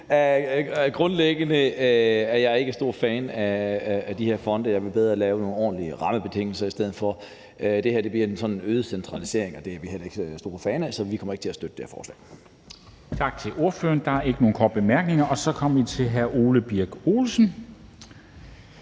Grundlæggende er jeg ikke stor fan af de her fonde. Jeg vil hellere lave nogle ordentlige rammebetingelser i stedet for. Det her bliver sådan en øget centralisering, og det er vi heller ikke så store fan af, så vi kommer ikke til at støtte det her forslag.